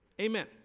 Amen